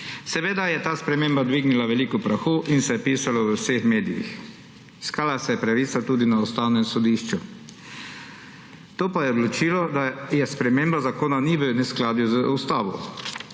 Seveda je ta sprememba dvignila veliko prahu in se je pisalo v vseh medijih. Iskala se je pravica tudi na Ustavnem sodišču. To pa je odločilo, da sprememba zakona ni v neskladju z ustavo.